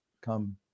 come